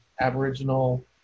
Aboriginal